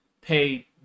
pay